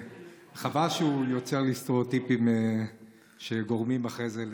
חבל שהוא יוצר לי סטריאוטיפים שגורמים אחרי זה לזה.